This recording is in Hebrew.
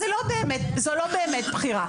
זה לא באמת בחירה.